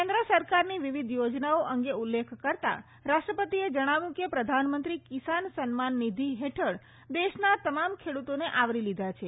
કેન્દ્ર સરકારની વિવિધ યોજનાઓ અંગે ઉલ્લેખ કરતાં રાષ્ટ્રપતિએ જણાવ્યું કે પ્રધાનમંત્રી કિસાન સન્માન નિધિ હેઠળ દેશના તમામ ખેડૂતોને આવરી લીધા છે